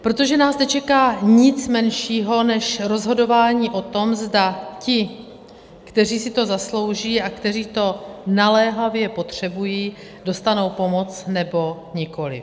Protože nás nečeká nic menšího, než rozhodování o tom, zda ti, kteří si to zaslouží a kteří to naléhavě potřebují, dostanou pomoc nebo nikoliv.